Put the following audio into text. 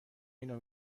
اینو